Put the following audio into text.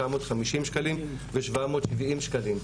950 ₪ ו- 770 ₪.